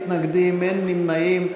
חברי הכנסת, 21 בעד, אין מתנגדים, אין נמנעים.